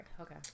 Okay